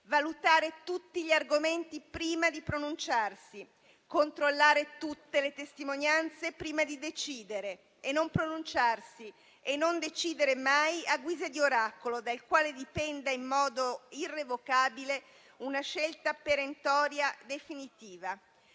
valutare tutti gli argomenti prima di pronunciarsi, controllare tutte le testimonianze prima di decidere, e non pronunciarsi e non decidere mai a guisa di oracolo da quale dipenda, in modo irrevocabile, una scelta perentoria e definitiva».